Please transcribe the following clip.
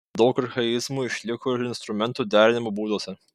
daug archaizmų išliko ir instrumentų derinimo būduose